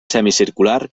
semicircular